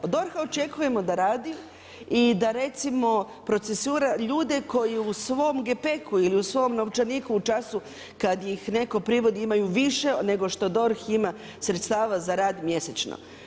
Od DORH-a očekujemo da radi i da recimo procesuira ljude koji u svom gepeku ili u svom novčaniku u času kad ih netko privodi imaju više, nego što DORH ima sredstava za rad mjesečno.